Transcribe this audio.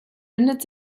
windet